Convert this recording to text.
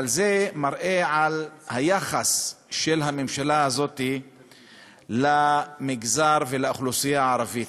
אבל זה מראה את היחס של הממשלה הזאת למגזר ולאוכלוסייה הערבית.